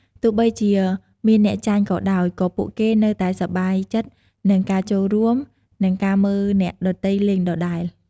ទោះបីជាមានអ្នកចាញ់ក៏ដោយ ក៏ពួកគេនៅតែសប្បាយចិត្តនឹងការចូលរួម និងការមើលអ្នកដទៃលេងដដែល។